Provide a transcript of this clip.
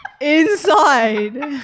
Inside